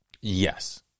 Yes